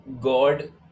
God